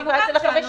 אני